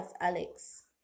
Alex